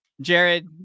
jared